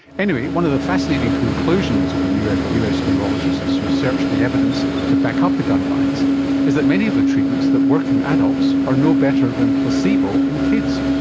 anyway, one of the fascinating conclusions of and the us neurologists who searched the evidence to back up the guidelines is that many of the treatments that work in adults are no better than placebo in kids.